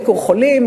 "ביקור חולים",